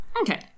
Okay